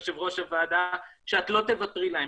יושבת-ראש הוועדה, שאת לא תוותרי להם.